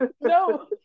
no